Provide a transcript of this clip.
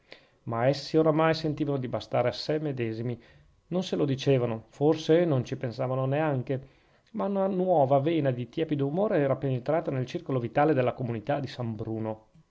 ma essi oramai sentivano di bastare a sè medesimi non se lo dicevano forse non ci pensavano neanche ma una nuova vena di tiepido umore era penetrata nel circolo vitale della comunità di san bruno